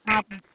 आबू